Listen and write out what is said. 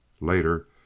Later